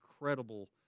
incredible